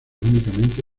únicamente